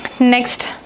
next